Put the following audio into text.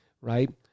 right